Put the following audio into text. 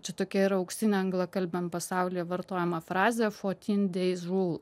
čia tokia ir auksinė anglakalbiam pasaulyje vartojama frazę fourteen days rule